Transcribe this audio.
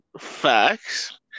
facts